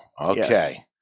Okay